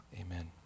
Amen